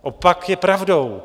Opak je pravdou.